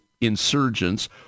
insurgents